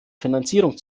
finanzierung